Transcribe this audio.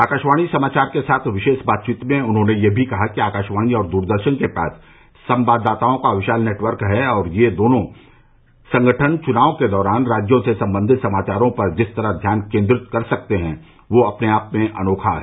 आकाशवाणी समाचार के साथ विशेष बातचीत में उन्होंने यह भी कहा कि आकाशवाणी और द्रदर्शन के पास संवाददाताओं का विशाल नेटवर्क है और ये दोनों संगठन चुनाव के दौरान राज्यों से संबंधित समाचारों पर जिस तरह ध्यान केंद्रित कर सकते हैं वह अपने आप में अनोखा है